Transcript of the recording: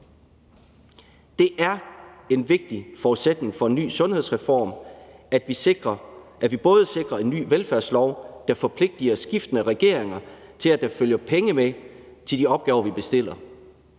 Det er en vigtig forudsætning for en ny sundhedsreform, at vi sikrer en ny velfærdslov, der forpligter skiftende regeringer til, at der følger penge med til de opgaver, vi bestiller,